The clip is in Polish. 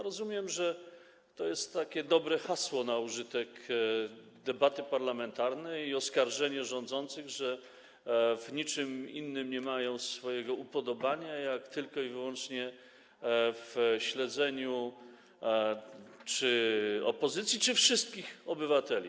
Rozumiem, że to jest dobre hasło na użytek debaty parlamentarnej i oskarżenia rządzących, że w niczym innym nie mają swojego upodobania niż tylko i wyłącznie w śledzeniu opozycji czy wszystkich obywateli.